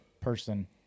person